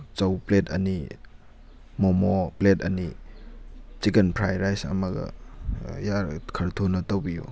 ꯆꯧ plate ꯑꯅꯤ momo plate ꯑꯅꯤ chicken fry rice ꯑꯃꯒ ꯌꯥꯔꯗꯤ ꯈꯔ ꯊꯨꯅ ꯇꯧꯕꯤꯎ